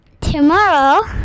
tomorrow